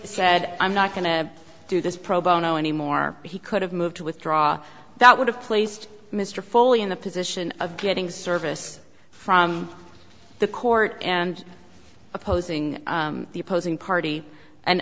said i'm not going to do this pro bono anymore he could have moved to withdraw that would have placed mr foley in the position of getting service from the court and opposing the opposing party and